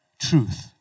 truth